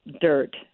dirt